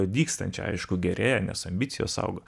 vykstančią aišku gerėja nes ambicijos auga